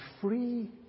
free